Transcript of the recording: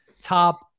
top